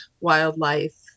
wildlife